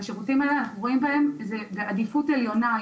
והשירותים האלה אנחנו רואים בהם עדיפות עליונה,